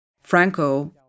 Franco